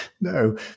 no